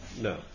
No